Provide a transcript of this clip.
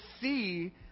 see